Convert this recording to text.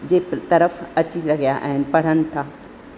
जे तरफ़ अची रहिया आहिनि पढ़नि था